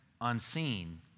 unseen